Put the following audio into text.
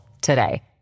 today